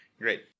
great